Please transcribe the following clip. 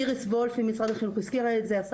איריס וולף ממשרד החינוך הזכירה את זה,